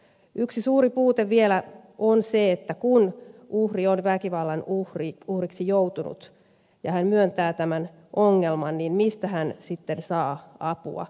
yksi suuri puute vielä on se että kun uhri on väkivallan uhriksi joutunut ja hän myöntää tämän ongelman mistä hän sitten saa apua